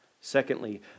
Secondly